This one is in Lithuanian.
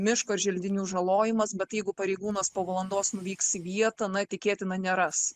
miško ir želdinių žalojimas bet jeigu pareigūnas po valandos nuvyks į vietą na tikėtina neras